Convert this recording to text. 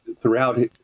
throughout